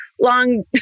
long